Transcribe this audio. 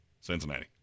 Cincinnati